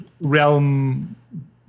Realm